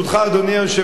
אדוני היושב-ראש,